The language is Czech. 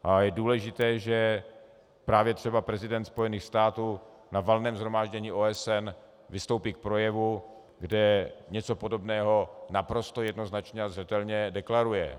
A je důležité, že právě třeba prezident Spojených států na Valném shromáždění OSN vystoupí v projevu, kde něco podobného naprosto jednoznačně a zřetelně deklaruje.